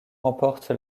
remportent